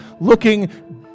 looking